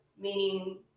meaning